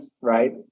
right